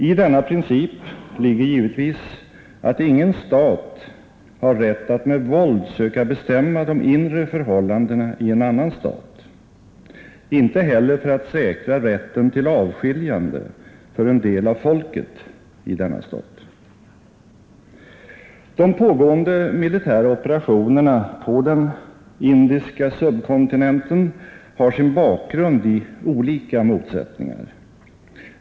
I denna princip ligger givetvis att ingen stat har rätt att med våld söka bestämma de inre förhållandena i en annan stat, inte heller för att säkra rätten till avskiljande för en del av folket i denna stat. De pågående militära operationerna på den indiska subkontinenten har sin bakgrund i olika motsättningar.